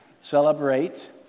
Celebrate